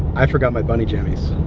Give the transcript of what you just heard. i forgot my bunny jammies